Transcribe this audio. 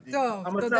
להצבעה.